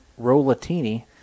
Rollatini